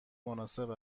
مناسب